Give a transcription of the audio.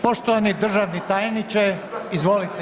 Poštovani državni tajniče izvolite.